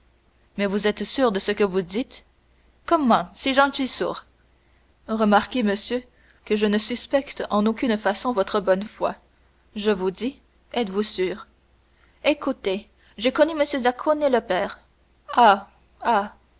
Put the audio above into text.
mais vous êtes sûr de ce que vous dites comment si j'en suis sûr remarquez monsieur que je ne suspecte en aucune façon votre bonne foi je vous dis êtes-vous sûr écoutez j'ai connu m zaccone le père